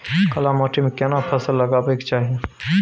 काला माटी में केना फसल लगाबै के चाही?